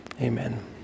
Amen